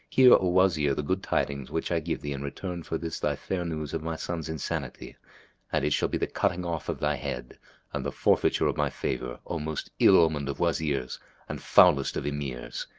hear, o wazir, the good tidings which i give thee in return for this thy fair news of my son's insanity and it shall be the cutting off of thy head and the forfeiture of my favour, o most ill-omened of wazirs and foulest of emirs!